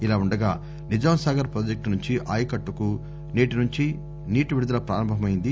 ఇలా ఉండగా నిజాం సాగర్ పాజెక్లు నుంచి ఆయకట్లకు నేటి నుంచి నీటి విడుదల పారంభం అయ్యింది